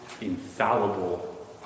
infallible